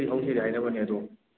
ꯍꯥꯏꯅꯕꯅꯦ ꯑꯗꯣ